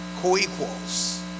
co-equals